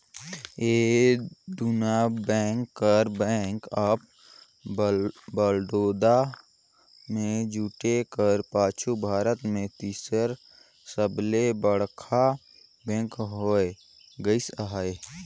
ए दुना बेंक कर Bank of Baroda में जुटे कर पाछू भारत में तीसर सबले बड़खा बेंक होए गइस अहे